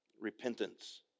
repentance